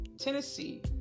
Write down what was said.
Tennessee